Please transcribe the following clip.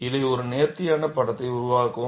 இதை ஒரு நேர்த்தியான படத்தை உருவாக்கவும்